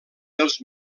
dels